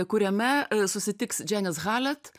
kuriame susitiks dženis halet